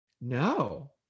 No